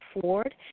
Ford